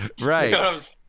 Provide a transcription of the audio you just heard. Right